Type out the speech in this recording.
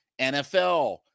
NFL